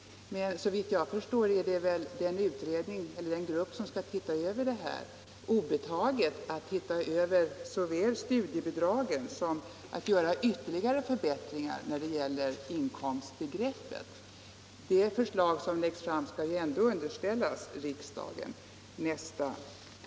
Men såvitt jag förstår är det väl den grupp som skall titta över denna fråga obetaget såväl att se över studiebidragen som att föreslå ytterligare förbättringar när det gäller inkomstbegreppet. De förslag som läggs fram skall ju ändå underställas 1976/77 års riksdag.